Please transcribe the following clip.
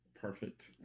Perfect